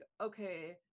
okay